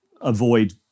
avoid